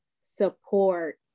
support